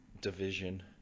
division